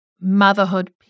motherhood